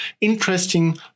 Interesting